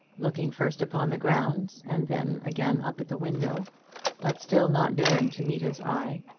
looking first upon the ground, and then again up at the window but still not daring to meet his eye.